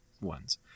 ones